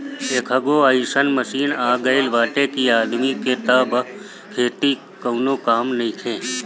एकहगो अइसन मशीन आ गईल बाटे कि आदमी के तअ अब खेती में कवनो कामे नइखे